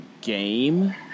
game